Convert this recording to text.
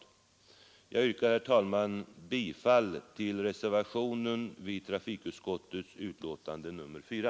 Herr talman! Jag yrkar bifall till reservationen vid trafikutskottets betänkande nr 4.